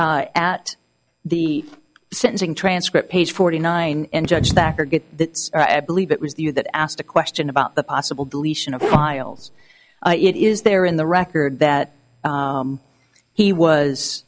d at the sentencing transcript page forty nine and judge back or get believe it was the you that asked a question about the possible deletion of the files it is there in the record that he was